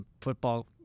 football